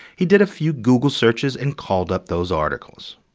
he did a few google searches and called up those articles.